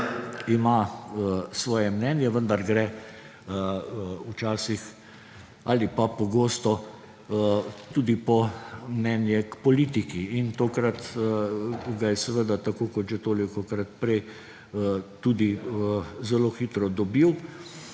ima svoje mnenje, vendar gre včasih ali pa pogosto tudi po mnenje k politiki in tokrat ga je seveda, tako kot že tolikokrat prej, tudi zelo hitro dobil.